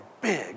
big